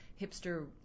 hipster